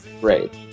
Great